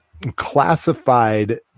classified